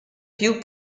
più